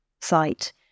site